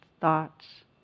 thoughts